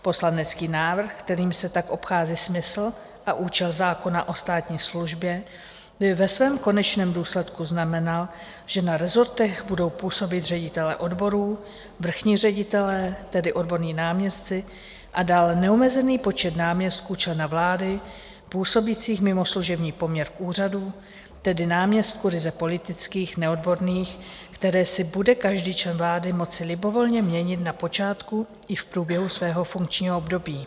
Poslanecký návrh, kterým se tak obchází smysl a účel zákona o státní službě, by ve svém konečném důsledku znamenal, že na rezortech budou působit ředitelé odborů, vrchní ředitelé, tedy odborní náměstci, a dále neomezený počet náměstků člena vlády působících mimo služební poměr v úřadu, tedy náměstků ryze politických, neodborných, které si bude každý člen vlády moci libovolně měnit na počátku i v průběhu svého funkčního období.